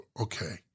okay